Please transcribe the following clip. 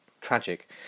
tragic